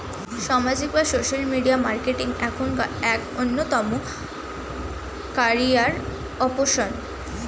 সামাজিক বা social media marketing এখনকার এক অন্যতম ক্যারিয়ার অপশন